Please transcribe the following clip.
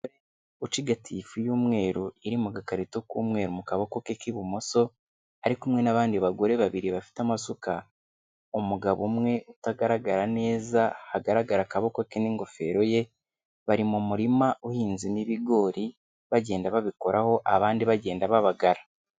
Umugore ucigatiye ifu y'umweru, iri mu gakarito k'umwe, mu kaboko ke k'ibumoso, ari kumwe n'abandi bagore babiri, bafite amasuka, umugabo umwe utagaragara neza hagaragara akaboko ke n'ingofero ye, bari mu murima uhinzemo ibigori, bagenda babikoraho abandi bagenda babagara.